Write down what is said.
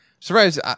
Surprise